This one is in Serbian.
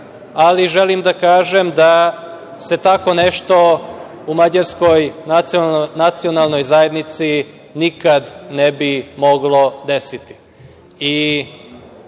ali želim da kažem da se tako nešto u Mađarskoj nacionalnoj zajednici nikada ne bi moglo desiti. Suština